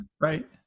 right